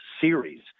series